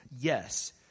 Yes